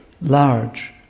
Large